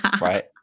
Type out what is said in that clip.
right